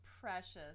precious